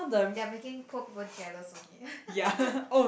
they are making poor people jealous only